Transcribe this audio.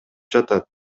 жатат